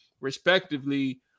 respectively